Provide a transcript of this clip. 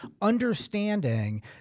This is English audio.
understanding